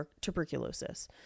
tuberculosis